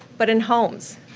but in homes.